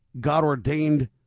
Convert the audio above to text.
God-ordained